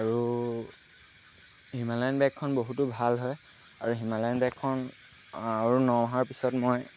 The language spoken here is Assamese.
আৰু হিমালয়ান বাইকখন বহুতো ভাল হয় আৰু হিমালয়ান বাইকখন আৰু ন মাহৰ পিছত মই